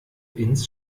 ins